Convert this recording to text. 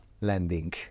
landing